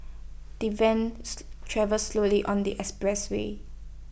the van travelled slowly on the expressway